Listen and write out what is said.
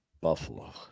Buffalo